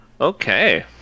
Okay